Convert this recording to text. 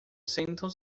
sentam